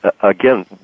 again